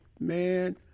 Man